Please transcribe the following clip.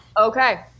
Okay